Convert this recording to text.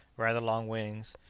rather long wings,